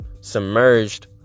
submerged